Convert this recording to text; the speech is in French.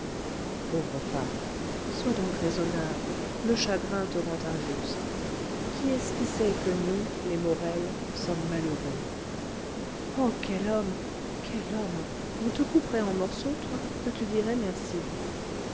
pauvre femme sois donc raisonnable le chagrin te rend injuste qui est-ce qui sait que nous les morel sommes malheureux oh quel homme quel homme on te couperait en morceaux toi que tu dirais merci